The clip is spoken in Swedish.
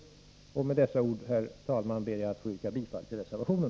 Med dessa ord, herr talman, ber jag att få yrka bifall till reservationen.